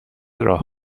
راه